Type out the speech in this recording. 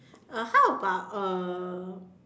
uh how about uh